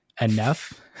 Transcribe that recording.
enough